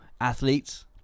athletes